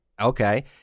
okay